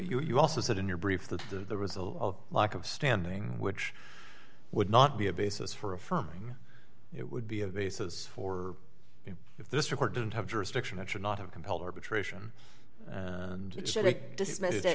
you also said in your brief that the result of lack of standing which would not be a basis for affirming it would be a basis for if this report didn't have jurisdiction that should not have compelled arbitration and